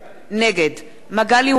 נגד מגלי והבה,